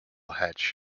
hatch